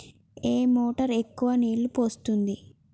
ఏ motor ఎక్కువ నీళ్లు పోస్తుంది?